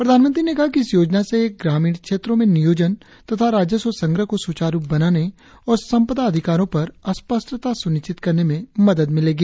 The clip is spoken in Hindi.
प्रधानमंत्री ने कहा कि इस योजना से ग्रामीण क्षेत्रों में नियोजन तथा राजस्व संग्रह को स्वचारू बनाने और संपदा अधिकारों पर स्पष्टता स्निश्चित करने में मदद मिलेगी